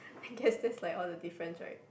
I guess that's like all the difference right